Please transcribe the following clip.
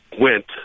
Went